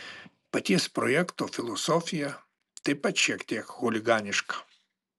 paties projekto filosofija taip pat šiek tiek chuliganiška